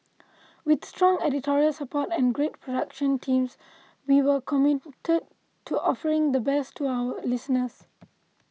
with strong editorial support and great production teams we will committed to offering the best to our listeners